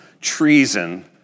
treason